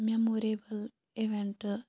memorable event